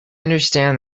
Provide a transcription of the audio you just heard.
understand